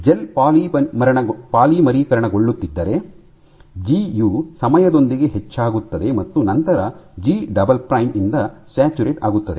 gel ಪಾಲಿಮರೀಕರಣಗೊಳ್ಳುತ್ತಿದ್ದರೆ G U ಸಮಯದೊಂದಿಗೆ ಹೆಚ್ಚಾಗುತ್ತದೆ ಮತ್ತು ನಂತರ ಜಿ ಡಬಲ್ ಪ್ರೈಮ್ ನಿಂದ ಸ್ಯಾಚುರೇಟ್ ಆಗುತ್ತದೆ